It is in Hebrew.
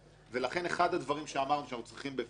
לכן אחד הדברים שאמרנו שאנחנו צריכים בפירוש